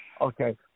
Okay